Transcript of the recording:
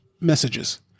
messages